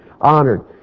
honored